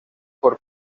por